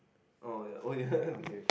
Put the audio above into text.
oh ya oh ya